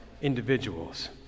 individuals